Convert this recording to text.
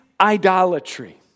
idolatry